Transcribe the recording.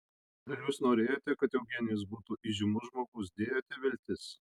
ar jūs norėjote kad eugenijus būtų įžymus žmogus dėjote viltis